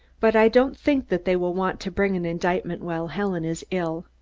but i don't think that they will want to bring an indictment while helen is ill.